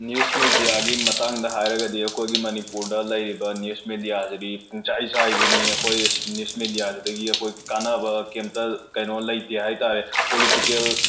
news ꯃꯦꯗ꯭ꯌꯥꯒꯤ ꯃꯇꯥꯡꯗ ꯍꯥꯏꯔꯒꯗꯤ ꯑꯩꯈꯣꯏꯒꯤ ꯃꯅꯤꯄꯨꯔꯗ ꯂꯩꯔꯤꯕ ꯅ꯭ꯌꯨꯁ ꯃꯦꯗ꯭ꯌꯥꯁꯤꯗꯤ ꯄꯨꯡꯆꯥꯏ ꯆꯥꯏꯕꯤꯅꯤ ꯑꯩꯈꯣꯏ ꯅ꯭ꯌꯨꯁ ꯃꯦꯗ꯭ꯌꯥꯁꯤꯗꯒꯤ ꯑꯩꯈꯣꯏ ꯀꯥꯟꯅꯕ ꯀꯔꯤꯝꯇ ꯀꯦꯅꯣ ꯂꯩꯇꯦ ꯍꯥꯏ ꯇꯥꯔꯦ ꯄꯣꯂꯤꯇꯤꯀꯦꯜ